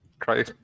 try